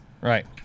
Right